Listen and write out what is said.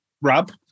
Rob